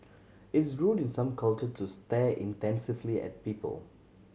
it's rude in some culture to stare intensely at people